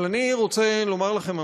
אבל אני רוצה לומר לכם,